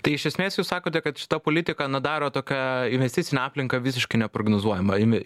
tai iš esmės jūs sakote kad šita politika ną daro tokią investicinę aplinką visiškai neprognozuojamą